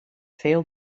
veel